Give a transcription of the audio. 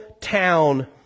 town